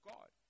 God